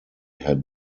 had